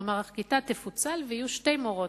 כלומר הכיתה תפוצל ויהיו שתי מורות.